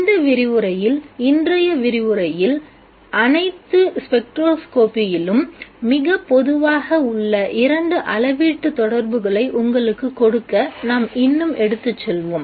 இந்த விரிவுரையில் இன்றைய விரிவுரையில் அனைத்து ஸ்பெக்ட்ரோஸ்கோப்பியிலும் மிக பொதுவாக உள்ள இரண்டு அளவீட்டு தொடர்புகளை உங்களுக்குக் கொடுக்க நாம் இன்னும் எடுத்துச் செல்வோம்